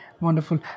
Wonderful